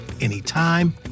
anytime